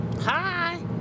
Hi